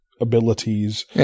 abilities